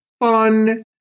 fun